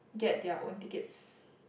get their own tickets